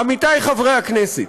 עמיתי חברי הכנסת,